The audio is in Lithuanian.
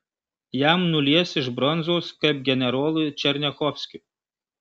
jam nulies iš bronzos kaip generolui černiachovskiui